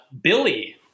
Billy